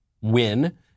win